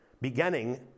beginning